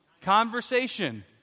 Conversation